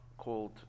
called